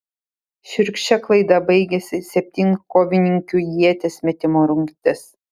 šiurkščia klaida baigėsi septynkovininkių ieties metimo rungtis